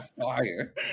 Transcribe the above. fire